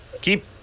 Keep